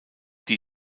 die